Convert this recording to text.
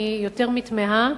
אני יותר מתמהה.